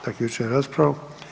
Zaključujem raspravu.